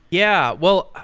yeah. well,